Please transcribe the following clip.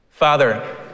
Father